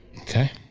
Okay